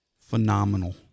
Phenomenal